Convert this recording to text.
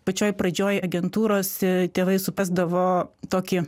pačioj pradžioj agentūros tėvai suprasdavo tokį